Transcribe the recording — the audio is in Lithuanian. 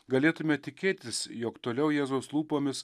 galėtume tikėtis jog toliau jėzaus lūpomis